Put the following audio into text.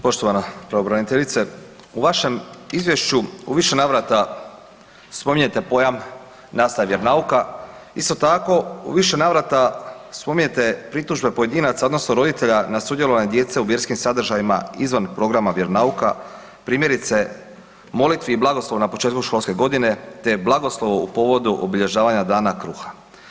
Poštovana pravobraniteljice, u vašem izvješću u više navrata spominjete pojam nastava vjeronauka, isto tako u više navrata spominjete pritužbe pojedinaca odnosno roditelja na sudjelovanje djece u vjerskim sadržajima izvan programa vjeronauka primjerice molitvi i blagoslovu na početku školske godine te blagoslovu u povodu obilježavanja Dana kruha.